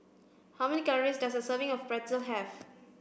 how many calories does a serving of Pretzel have